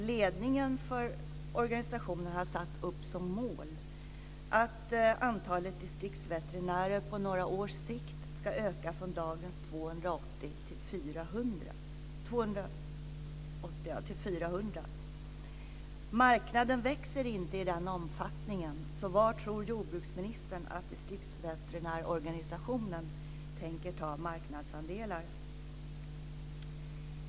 Ledningen för organisationen har satt upp som mål att antalet distriktsveterinärer på några års sikt ska öka från 280 till 400. Marknaden växer inte i den omfattningen. Var tror jordbruksministern att distriktsveterinärorganisationen tänker ta marknadsandelar?